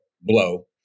blow